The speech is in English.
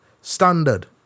standard